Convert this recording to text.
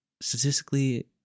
statistically